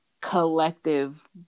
collective